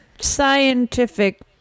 scientific